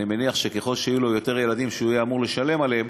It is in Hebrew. אני מניח שככל שיהיו לו יותר ילדים שהוא יהיה אמור לשלם עליהם,